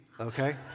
okay